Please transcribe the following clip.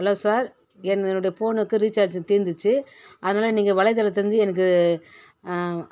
hello sir என் என்னோடைய போனுக்கு ரீசார்ஜு தீர்ந்திச்சு அதனால் நீங்கள் வலைதளத்தில் இருந்து எனக்கு